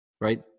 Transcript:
right